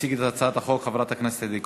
תציג את הצעת החוק חברת הכנסת עדי קול.